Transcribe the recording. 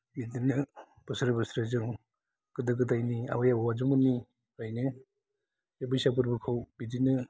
बिदिनो बोसोरै बोसोरै जों गोदो गोदायनि आबै आबौ आजौमोननिफ्रायनो बे बैसागु फोरबोखौ बिदिनो